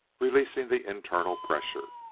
releasing the internal pressure.